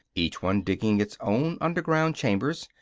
each one digging its own underground chambers,